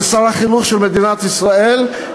כשר החינוך של מדינת ישראל,